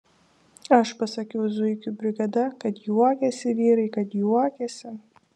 aš pasakiau zuikių brigada kad juokėsi vyrai kad juokėsi